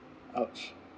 !ouch!